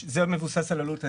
והיא מבוססת על עלות הנזק.